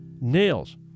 nails